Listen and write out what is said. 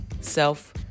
self